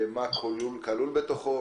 מה כלול בתוכו,